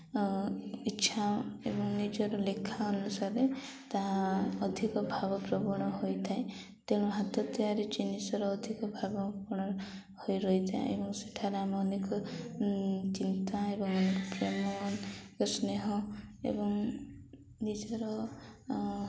ଇଚ୍ଛା ଏବଂ ନିଜର ଲେଖା ଅନୁସାରେ ତାହା ଅଧିକ ଭାବପ୍ରବଣ ହୋଇଥାଏ ତେଣୁ ହାତ ତିଆରି ଜିନିଷରେ ଅଧିକ ଭାବପ୍ରବଣ ହୋଇ ରହିଥାଏ ଏବଂ ସେଠାରେ ଆମେ ଅନେକ ଚିନ୍ତା ଏବଂ ଅନେକ ପ୍ରେମ ଏକ ସ୍ନେହ ଏବଂ ନିଜର